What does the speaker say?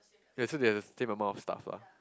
yea so they has the same amount of stuff lah